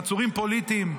עצורים פוליטיים,